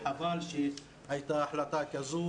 וחבל שהייתה החלטה כזאת.